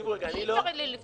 דקה, אני לא יכול.